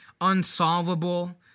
unsolvable